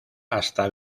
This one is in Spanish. hasta